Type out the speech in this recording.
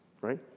right